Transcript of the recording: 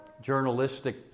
journalistic